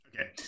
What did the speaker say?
Okay